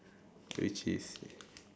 which is